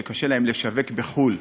שקשה להם לשווק בחו"ל,